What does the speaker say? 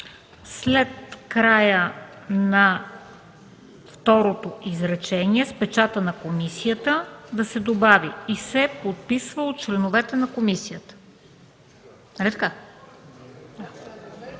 след края на второто изречение „с печата на комисията” да се добави „и се подписва от членовете на комисията”.